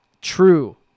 True